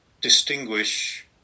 distinguish